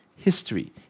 history